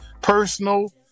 personal